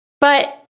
But-